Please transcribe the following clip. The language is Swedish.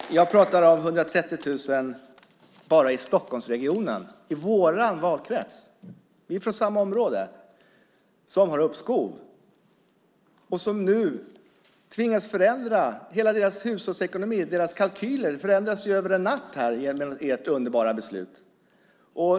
Fru talman! Vi är från samma område. Jag pratar om 130 000 bara i Stockholmsregionen, i vår valkrets, som har uppskov och som nu tvingas förändra hela sin hushållsekonomi. Deras kalkyler förändras över en natt genom ert underbara beslut.